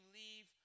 leave